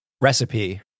recipe